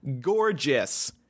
gorgeous